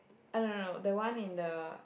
oh no no no the one in the